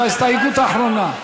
זו ההסתייגות האחרונה.